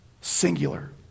singular